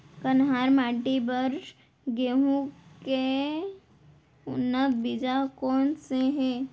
कन्हार माटी बर गेहूँ के उन्नत बीजा कोन से हे?